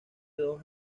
dos